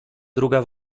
druga